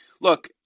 look